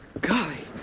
Golly